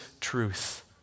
truth